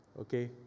okay